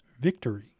Victory